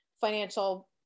financial